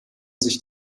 sich